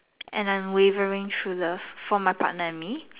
and unwavering true love for my partner and me